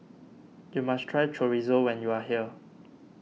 you must try Chorizo when you are here